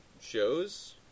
shows